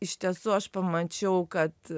iš tiesų aš pamačiau kad